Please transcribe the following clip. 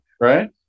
Right